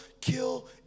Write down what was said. kill